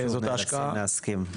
נאלצים להסכים.